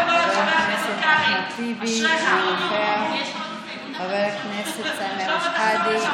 תודה רבה, חבר הכנסת שלמה קרעי.